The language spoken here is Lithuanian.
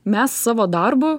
mes savo darbu